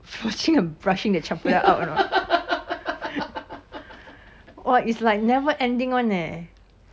flossing and brushing the chempedak out or not wa is like never ending [one] eh